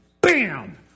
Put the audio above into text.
bam